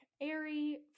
airy